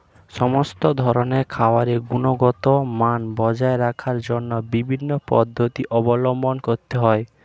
সমস্ত ধরনের খাবারের গুণগত মান বজায় রাখার জন্য বিভিন্ন পদ্ধতি অবলম্বন করতে হয়